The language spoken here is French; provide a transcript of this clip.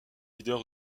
leader